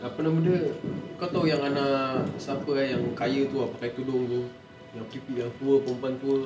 apa nama dia kau tahu yang anak siapa eh yang kaya tu pakai tudung tu yang pipi yang tua perempuan tua